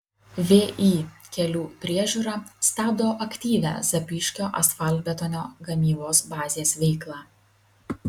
vį kelių priežiūra stabdo aktyvią zapyškio asfaltbetonio gamybos bazės veiklą